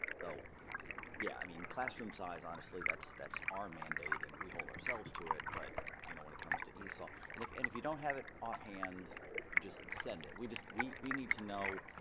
so yeah i mean classroom size honestly that's that's our mandate and we hold ourselves to it but you know when it comes to esol. and if and if you don't have it off hand just send it we just we we need to know